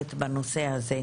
אינטנסיבית בנושא הזה.